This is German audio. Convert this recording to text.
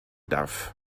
darf